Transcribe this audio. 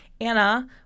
Anna